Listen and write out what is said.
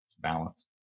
balance